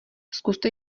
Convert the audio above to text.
zkuste